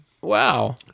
wow